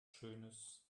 schönes